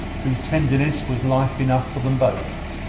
whose tenderness was life enough for them both,